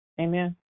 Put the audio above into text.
amen